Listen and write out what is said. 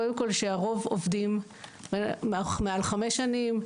קודם כל שהרוב עובדים מעל חמש שנים,